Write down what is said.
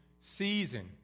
season